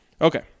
Okay